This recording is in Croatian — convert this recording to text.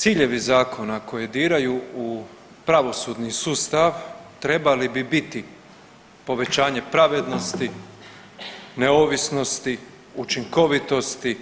Ciljevi zakona koji diraju u pravosudni sustav trebali bi biti povećanje pravednosti, neovisnosti, učinkovitosti,